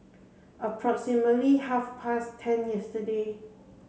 approximately half past ten yesterday